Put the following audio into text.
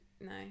no